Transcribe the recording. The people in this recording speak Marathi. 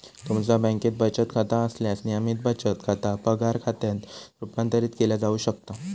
तुमचा बँकेत बचत खाता असल्यास, नियमित बचत खाता पगार खात्यात रूपांतरित केला जाऊ शकता